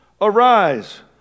Arise